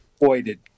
avoided